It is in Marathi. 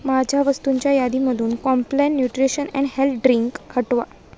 माझ्या वस्तूंच्या यादीमधून Complan nutrition and health drink हटवा